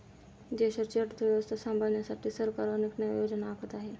देशाची अर्थव्यवस्था सांभाळण्यासाठी सरकार अनेक नव्या योजना आखत आहे